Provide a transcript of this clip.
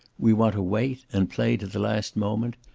we want to wait, and play to the last moment,